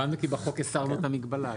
הבנתי כי בחוק הסרנו את המגבלה.